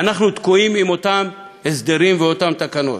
אנחנו תקועים עם אותם הסדרים ואותן תקנות.